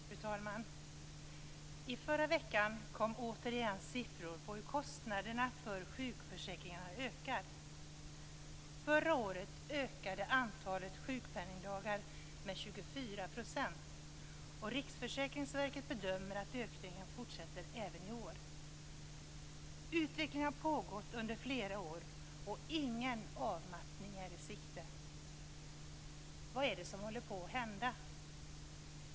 Fru talman! I förra veckan kom återigen siffror på hur kostnaderna för sjukförsäkringarna ökar. Förra året ökade antalet sjukpenningdagar med 24 %, och Riksförsäkringsverket bedömer att ökningen fortsätter även i år. Utvecklingen har pågått under flera år, och ingen avmattning är i sikte. Vad är det som håller på att hända?